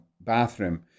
bathroom